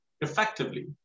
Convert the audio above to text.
effectively